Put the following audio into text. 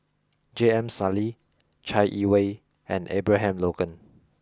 J M Sali Chai Yee Wei and Abraham Logan